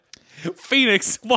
Phoenix